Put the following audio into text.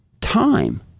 time